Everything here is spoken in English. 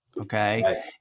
Okay